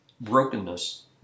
brokenness